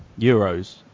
Euros